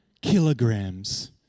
kilograms